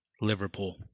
liverpool